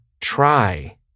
try